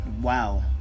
Wow